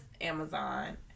amazon